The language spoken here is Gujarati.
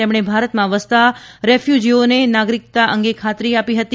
તેમણે ભારતમાં વસતાં રિફ્યુઝીઓને નાગરિકતા અંગે ખાત્રી આપી હતી